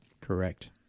Correct